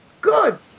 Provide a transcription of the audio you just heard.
good